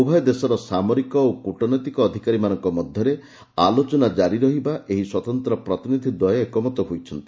ଉଭୟ ଦେଶର ସାମରିକ ଓ କୂଟନୈତିକ ଅଫିସରମାନଙ୍କ ମଧ୍ୟରେ ଆଲୋଚନା କ୍କାରି ରହିବା ପାଇଁ ସ୍ୱତନ୍ତ୍ର ପ୍ରତିନିଧି ଦ୍ୱୟ ଏକମତ ହୋଇଛନ୍ତି